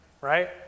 right